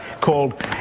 called